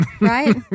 right